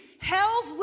hell's